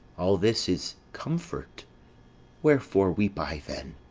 all this is comfort wherefore weep i then?